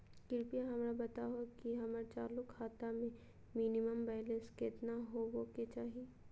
कृपया हमरा बताहो कि हमर चालू खाता मे मिनिमम बैलेंस केतना होबे के चाही